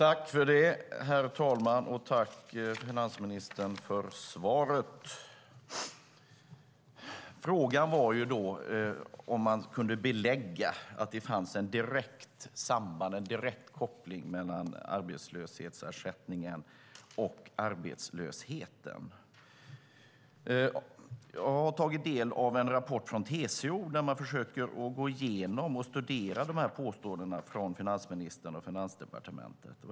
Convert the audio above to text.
Herr talman! Jag tackar finansministern för svaret. Frågan var om man kunde belägga att det finns ett direkt samband, en direkt koppling, mellan arbetslöshetsersättningen och arbetslösheten. Jag har tagit del av en rapport från TCO där man försöker gå igenom och studera dessa påståenden från finansministern och Finansdepartementet.